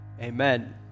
Amen